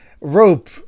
rope